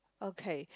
okay